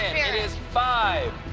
and it is five,